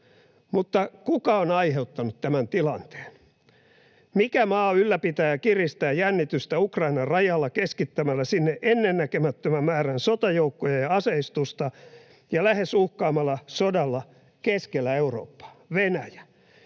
mutta kuka on aiheuttanut tämän tilanteen? Mikä maa ylläpitää ja kiristää jännitystä Ukrainan rajalla keskittämällä sinne ennennäkemättömän määrän sotajoukkoja ja aseistusta ja lähes uhkaamalla sodalla keskellä Eurooppaa? Venäjä.